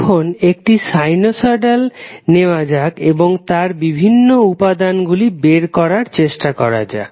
এখন একটি সাইনুসয়ড নেওয়া যাক এবং তার বিভিন্ন উপাদানগুলি বের করার চেষ্টা করা যাক